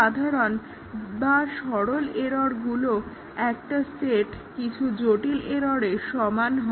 সাধারণ বা সরল এররগুলোর একটা সেট কিছু জটিল এররের সমান হয়